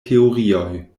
teorioj